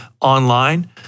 online